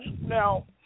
now